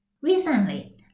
Recently